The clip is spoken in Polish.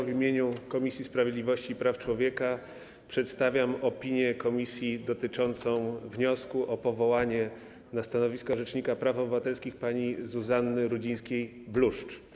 W imieniu Komisji Sprawiedliwości i Praw Człowieka przedstawiam opinię komisji dotyczącą wniosku o powołanie na stanowisko Rzecznika Praw Obywatelskich pani Zuzanny Rudzińskiej-Bluszcz.